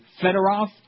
Fedorov